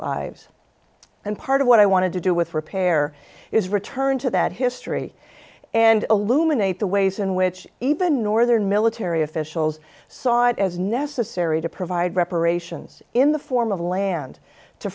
lives and part of what i wanted to do with repair is return to that history and illuminates the ways in which even northern military officials saw it as necessary to provide reparations in the form of land to